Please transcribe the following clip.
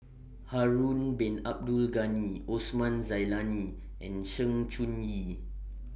Harun Bin Abdul Ghani Osman Zailani and Sng Choon Yee